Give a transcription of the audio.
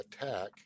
attack